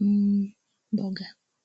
mboga.